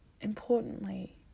importantly